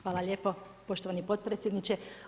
Hvala lijepo poštovani potpredsjedniče.